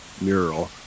mural